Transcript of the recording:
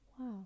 Wow